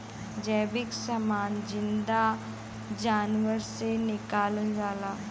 जैविक समान जिन्दा जानवरन से निकालल जाला